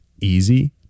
easy